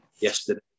yesterday